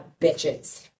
bitches